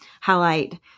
highlight